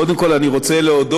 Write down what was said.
קודם כול אני רוצה להודות